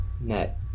net